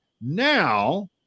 Now